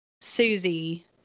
Susie